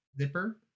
Zipper